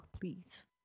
please